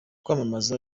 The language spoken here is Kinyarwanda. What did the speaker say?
kwamamaza